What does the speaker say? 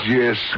yes